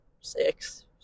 six